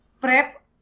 prep